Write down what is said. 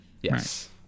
Yes